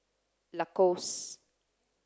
Lacoste